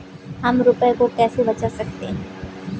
हम रुपये को कैसे बचा सकते हैं?